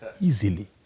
Easily